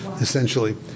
essentially